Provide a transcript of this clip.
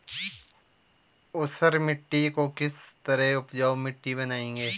ऊसर मिट्टी को किस तरह उपजाऊ मिट्टी बनाएंगे?